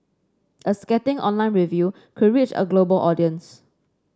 a scathing online review could reach a global audience